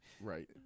right